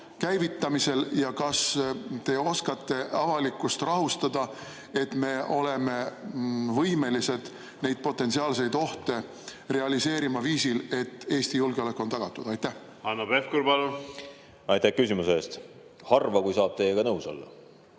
käivitamisel? Kas te oskate avalikkust rahustada, et me oleme võimelised neid potentsiaalseid ohte realiseerima viisil, et Eesti julgeolek on tagatud? Hanno Pevkur, palun! Aitäh küsimuse eest! Harva, kui saab teiega nõus olla.